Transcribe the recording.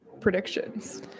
predictions